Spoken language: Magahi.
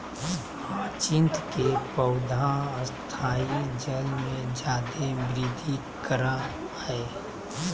ह्यचीन्थ के पौधा स्थायी जल में जादे वृद्धि करा हइ